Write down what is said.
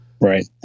Right